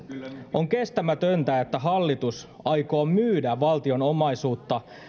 on kestämätöntä että hallitus aikoo myydä valtion omaisuutta